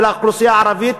ולאוכלוסייה הערבית,